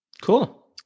Cool